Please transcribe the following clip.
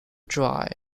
dry